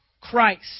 Christ